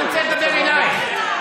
אני רוצה לדבר אלייך.